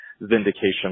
vindication